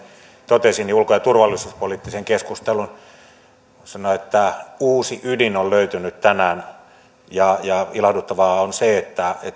totesi ulko ja turvallisuuspoliittisen keskustelun voi sanoa uusi ydin on löytynyt tänään ilahduttavaa on se että